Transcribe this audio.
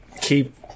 keep